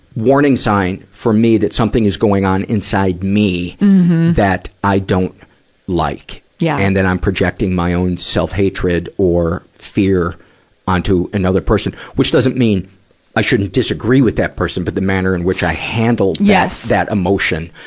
warning sign for me that something is going on inside me that i don't like. yeah and that i'm projecting my own self-hatred or fear onto another person which doesn't mean i shouldn't disagree with that person, but the manner in which i handle that, that emotion.